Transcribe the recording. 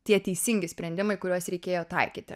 tie teisingi sprendimai kuriuos reikėjo taikyti